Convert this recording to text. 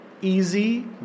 easy